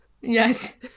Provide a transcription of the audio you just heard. Yes